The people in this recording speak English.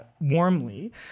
warmly